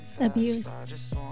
abuse